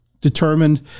determined